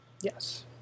Yes